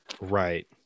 Right